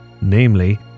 namely